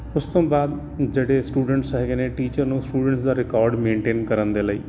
ਉਸ ਤੋਂ ਬਾਅਦ ਜਿਹੜੇ ਸਟੂਡੈਂਟਸ ਹੈਗੇ ਨੇ ਟੀਚਰ ਨੂੰ ਸਟੂਡੈਂਟਸ ਦਾ ਰਿਕਾਰਡ ਮੇਨਟੇਨ ਕਰਨ ਦੇ ਲਈ